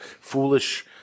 foolish